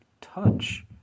touch